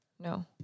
no